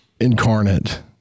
incarnate